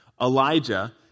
Elijah